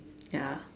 ya